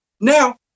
Now